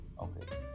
okay